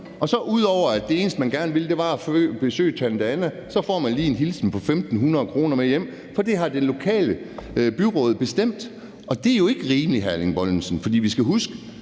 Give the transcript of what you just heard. og så får man, når det eneste, man gerne ville, var at besøge tante Anna, derudover lige en hilsen på 1.500 kr. med hjem, for det har det lokale byråd bestemt. Det er jo ikke rimeligt, hr. Erling Bonnesen, for vi skal huske,